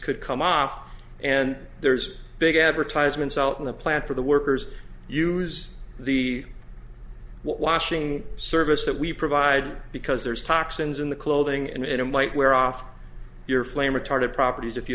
could come off and there's big advertisements out in the plant for the workers use the washing service that we provide because there's toxins in the clothing and it might wear off your flame retardant properties if you